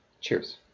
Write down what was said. cheers